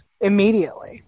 immediately